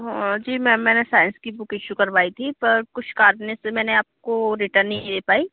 हाँ जी मैम मैंने साइंस की बुक इस्सू करवाई थी पर कुछ कारण से मैंने आपको रिटर्न नहीं दे पाई